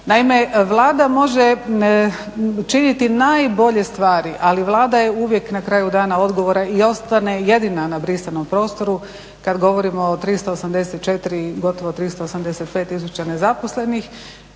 Naime, Vlada može činiti najbolje stvari ali Vlada je uvijek na kraju dana odgovora i ostane jedina na brisanom prostoru kada govorimo o 384 gotovo o 385 tisuća nezaposlenih,